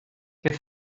qué